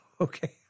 Okay